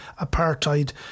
apartheid